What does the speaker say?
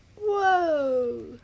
Whoa